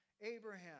Abraham